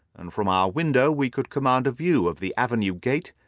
and from our window we could command a view of the avenue gate,